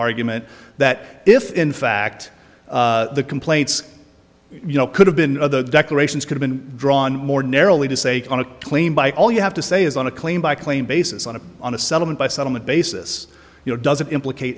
argument that if in fact the complaints you know could have been other decorations could have been drawn more narrowly to say on a claim by all you have to say is on a claim by claim basis on a on a settlement by settlement basis you know doesn't implicate